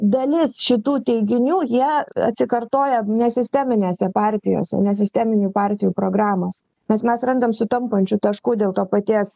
dalis šitų teiginių jie atsikartoja nesisteminės partijose nesisteminių partijų programose nes mes randam sutampančių taškų dėl to paties